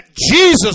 Jesus